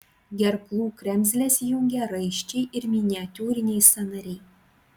gerklų kremzles jungia raiščiai ir miniatiūriniai sąnariai